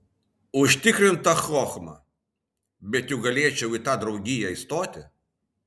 užtikrinta chochma bet juk galėčiau į tą draugiją įstoti